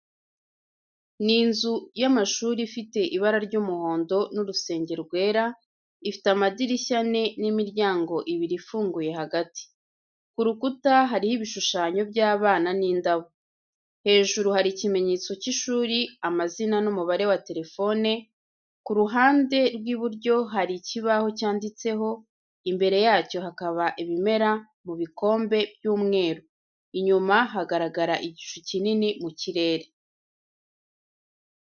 Ni inzu y'amashuri ifite ibara ry’umuhondo n'urusenge rwera. Ifite amadirishya ane n’imiryango ibiri ifunguye hagati. Ku rukuta hariho ibishushanyo by'abana n'indabo. Hejuru hari ikimenyetso cy’ishuri, amazina n’umubare wa telefone. Ku ruhande rw’iburyo hari ikibaho cyanditseho, imbere yacyo hakaba ibimera mu bikombe by’umweru. Inyuma hagaragara igicu kinini mu kirere.